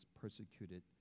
persecuted